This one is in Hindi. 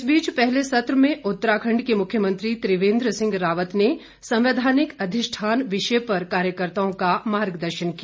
इस बीच पहले सत्र में उत्तराखंड के मुख्यमंत्री त्रिवेंद्र सिंह रावत ने संवैधानिक अधिष्ठान विषय पर कार्यकर्त्ताओं का मार्गदर्शन किया